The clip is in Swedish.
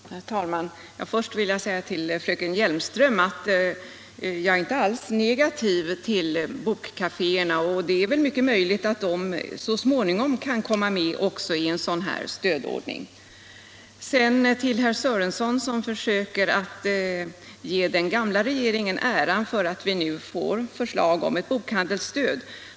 Herr talman! Först vill jag säga till fröken Hjelmström att jag inte alls är negativ till bokkaféerna. Det är väl mycket möjligt att också de så småningom kan komma med i en sådan här stödordning. Herr Sörenson försöker att ge den gamla regeringen äran för att vi nu får förslag om ett bokhandelsstöd.